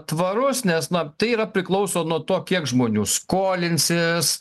tvarus nes na tai yra priklauso nuo to kiek žmonių skolinsis